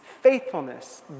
faithfulness